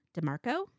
DeMarco